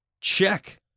check